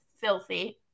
Filthy